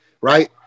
right